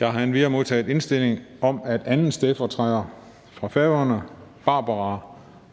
Jeg har endvidere modtaget indstilling om, at 2. stedfortræder for Javnaðarflokurin på Færøerne, Barbara